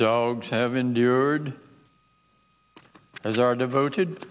dogs have endured as our devoted